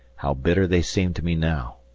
how bitter they seem to me now,